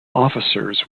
officers